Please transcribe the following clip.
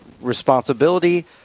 responsibility